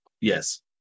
Yes